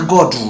God